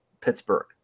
Pittsburgh